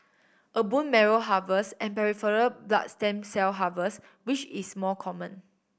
a bone marrow harvest and peripheral blood stem cell harvest which is more common